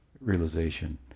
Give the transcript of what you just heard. realization